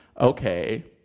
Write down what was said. okay